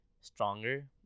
stronger